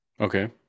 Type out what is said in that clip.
okay